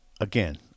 Again